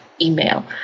email